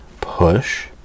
push